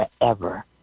forever